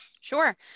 Sure